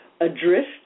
adrift